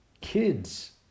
kids